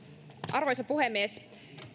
arvoisa puhemies